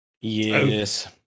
Yes